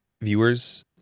viewers